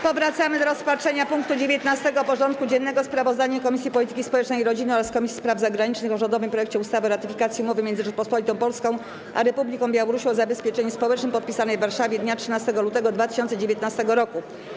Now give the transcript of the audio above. Powracamy do rozpatrzenia punktu 19. porządku dziennego: Sprawozdanie Komisji Polityki Społecznej i Rodziny oraz Komisji Spraw Zagranicznych o rządowym projekcie ustawy o ratyfikacji Umowy między Rzecząpospolitą Polską a Republiką Białorusi o zabezpieczeniu społecznym, podpisanej w Warszawie dnia 13 lutego 2019 r.